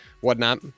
whatnot